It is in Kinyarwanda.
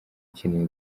ukeneye